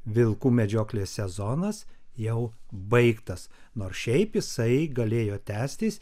vilkų medžioklės sezonas jau baigtas nors šiaip jisai galėjo tęstis